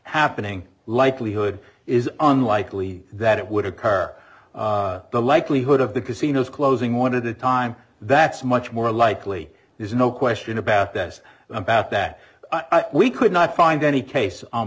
happening likelihood is unlikely that it would occur the likelihood of the casinos closing one of the time that's much more likely there's no question about that is about that we could not find any case